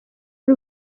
ari